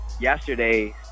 yesterday